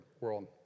World